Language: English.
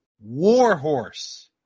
Warhorse